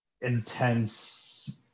intense